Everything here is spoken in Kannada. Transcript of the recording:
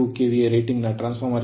2ಕೆವಿಎ ರೇಟಿಂಗ್ ನ ಟ್ರಾನ್ಸ್ ಫಾರ್ಮರ್ ಗೆ